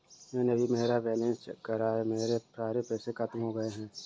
मैंने अभी मेरा बैलन्स चेक करा है, मेरे सारे पैसे खत्म हो गए हैं